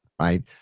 Right